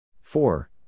Four